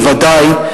בוודאי.